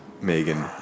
Megan